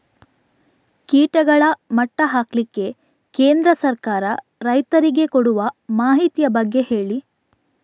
ಕೀಟಗಳ ಮಟ್ಟ ಹಾಕ್ಲಿಕ್ಕೆ ಕೇಂದ್ರ ಸರ್ಕಾರ ರೈತರಿಗೆ ಕೊಡುವ ಮಾಹಿತಿಯ ಬಗ್ಗೆ ಹೇಳಿ